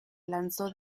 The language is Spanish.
lanzó